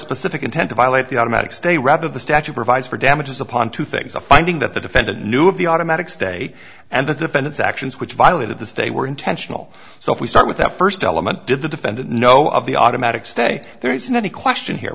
specific intent to violate the automatic stay rather the statute provides for damages upon two things a finding that the defendant knew of the automatic stay and the defendant's actions which violated the stay were intentional so if we start with that first element did the defendant know of the automatic stay there isn't any question here